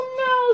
no